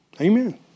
Amen